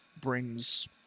brings